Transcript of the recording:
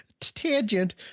tangent